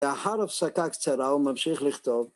לאחר הפסקה קצרה, ‫הוא מבשיך לכתוב.